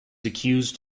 accused